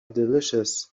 delicious